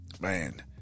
Man